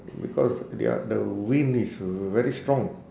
because their the wind is very strong